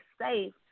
safe